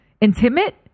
Intimate